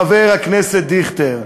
חבר הכנסת דיכטר.